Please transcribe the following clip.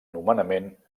nomenament